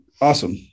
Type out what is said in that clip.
awesome